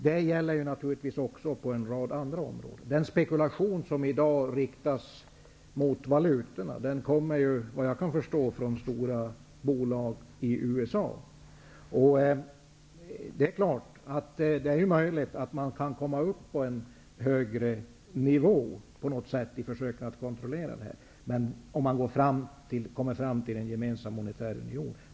Det gäller naturligtvis också på en rad andra områden. Den spekulation som i dag riktas mot valutorna kommer vad jag kan förstå från stora bolag i USA. Det är möjligt att man kan komma upp på en högre nivå i försöken att kontrollera detta om man kommer fram till en monetär union.